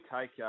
take